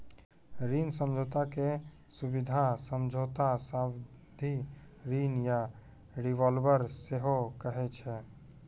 ऋण समझौता के सुबिधा समझौता, सावधि ऋण या रिवॉल्बर सेहो कहै छै